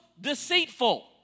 deceitful